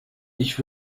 ich